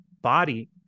body